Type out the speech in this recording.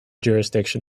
jurisdiction